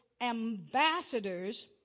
ambassadors